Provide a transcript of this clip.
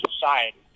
society